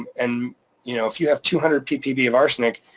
and you know if you have two hundred ppb of arsenic,